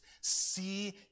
See